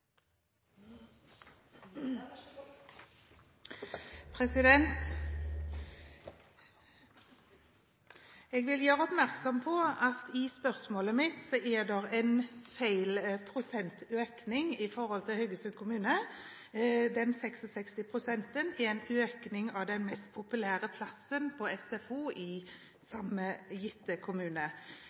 vil gjøre oppmerksom på at i spørsmålet mitt er det en feil prosentøkning når det gjelder Haugesund kommune. Økningen på 66 pst. gjelder den mest populære plassen i SFO i kommunen, men jeg stiller spørsmålet likevel: «Haugesund kommune